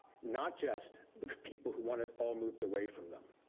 not just the people who want it all moved away from them.